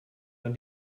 man